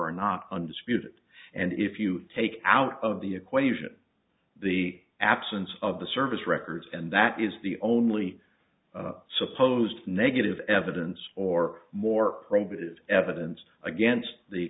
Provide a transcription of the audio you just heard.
not undisputed and if you take out of the equation the absence of the service records and that is the only supposed negative evidence or more probative evidence against the